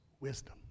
wisdom